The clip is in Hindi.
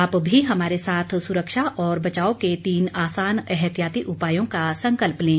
आप भी हमारे साथ सुरक्षा और बचाव के तीन आसान एहतियाती उपायों का संकल्प लें